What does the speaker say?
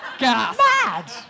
Mad